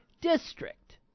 district